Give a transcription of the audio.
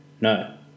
No